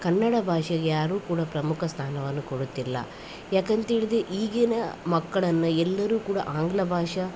ಕನ್ನಡ ಭಾಷೆಗೆ ಯಾರೂ ಕೂಡ ಪ್ರಮುಖ ಸ್ಥಾನವನ್ನು ಕೊಡುತ್ತಿಲ್ಲ ಯಾಕೆಂತ ಹೇಳಿದರೆ ಈಗಿನ ಮಕ್ಕಳನ್ನು ಎಲ್ಲರೂ ಕೂಡ ಆಂಗ್ಲ ಭಾಷೆ